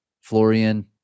Florian